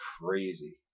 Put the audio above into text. Crazy